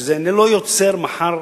שזה לא ייצור מחר